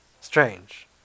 Strange